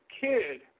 kid